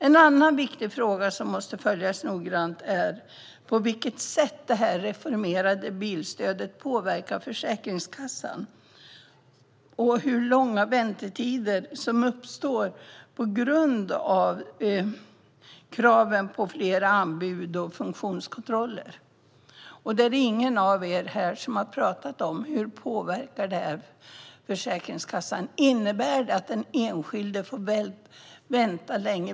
En annan viktig fråga som måste följas noga är på vilket sätt detta reformerade bilstöd påverkar Försäkringskassan och hur långa väntetider som uppstår på grund av kraven på fler anbud och funktionskontroller. Det är ingen som här har talat om hur detta påverkar Försäkringskassan. Innebär det att den enskilde får vänta länge?